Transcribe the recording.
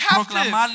proclaim